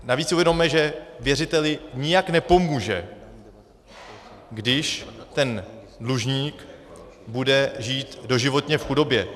Navíc si uvědomme, že věřiteli nijak nepomůže, když dlužník bude žít doživotně v chudobě.